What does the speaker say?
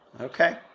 Okay